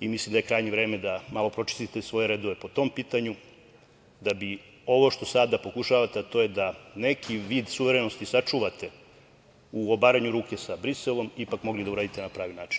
i mislim da je krajnje vreme da malo pročistite svoje redove po tom pitanju, da bi ovo što sada pokušavate, a to je da neki vid suverenosti sačuvate u obaranju ruke sa Briselom, ipak mogli da uradite na pravi način.